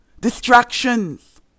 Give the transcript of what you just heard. distractions